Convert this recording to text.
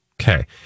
Okay